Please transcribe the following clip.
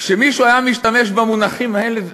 כשמישהו היה משתמש במונחים האלה,